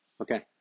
Okay